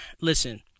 listen